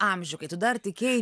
amžių kai tu dar tikėjai